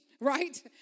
right